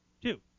Two